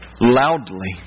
loudly